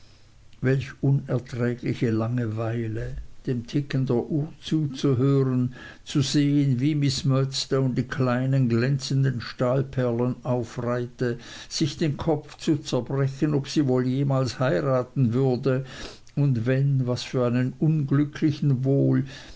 welch unerträgliche langeweile dem ticken der uhr zuzuhören zu sehen wie miß murdstone die kleinen glänzenden stahlperlen aufreihte sich den kopf zu zerbrechen ob sie wohl jemals heiraten würde und wenn was für einen unglücklichen wohl